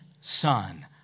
Son